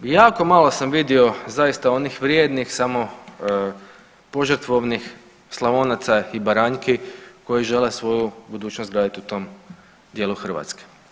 Jako malo sam vidio zaista onih vrijednih, samopožrtvovnih Slavonaca i Baranjki koji žele svoju budućnost graditi u tom dijelu Hrvatske.